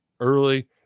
early